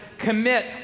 commit